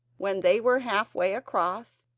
when they were half-way across,